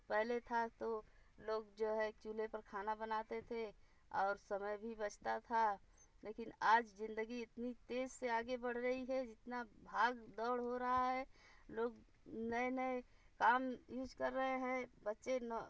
पहले था तो लोग जो है चूल्हे पर खाना बनाते थे और समय भी बचता था लेकिन आज जिंदगी इतनी तेज से आगे बढ़ रही है जितना भाग दौड़ हो रहा है लोग नए नए काम यूज कर रहे हैं बच्चे